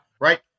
right